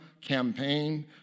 campaign